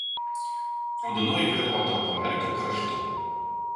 raudonoji vėliava tapo merkio kraštu